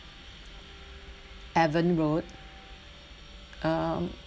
evans road um